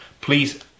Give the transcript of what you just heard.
Please